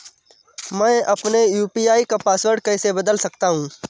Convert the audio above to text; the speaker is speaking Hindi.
मैं अपने यू.पी.आई का पासवर्ड कैसे बदल सकता हूँ?